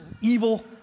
evil